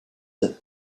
that